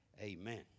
Amen